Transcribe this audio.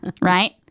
Right